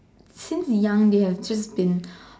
since young they have just been